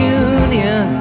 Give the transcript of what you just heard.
union